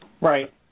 Right